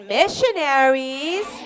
missionaries